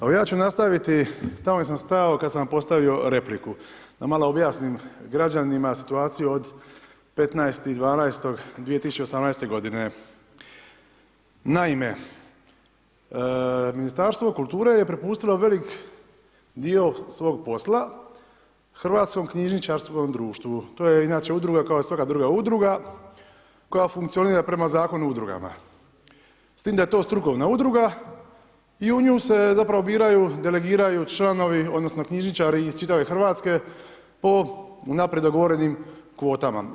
Evo ja ću nastaviti tamo gdje sam stao kad sam vam postavio repliku da malo objasnim građanima situaciju od 15.12.2018.g. Naime, Ministarstvo kulture je propustilo velik dio svog posla HKD-u, to je inače udruga kao i svaka druga udruga koja funkcionira prema Zakonu o udrugama s tim da je to strukovna udruga i u nju se zapravo biraju, delegiraju članovi odnosno knjižničari iz čitave Hrvatske po unaprijed dogovorenim kvotama.